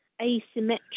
asymmetric